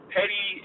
Petty